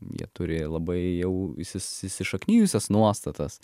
jie turi labai jau įsis įsišaknijusias nuostatas